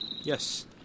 Yes